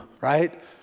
right